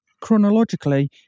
Chronologically